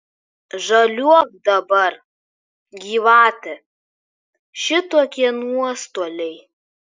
žaliuok dabar gyvate šitokie nuostoliai